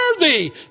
worthy